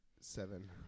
seven